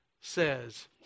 says